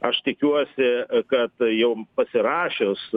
aš tikiuosi kad jau pasirašius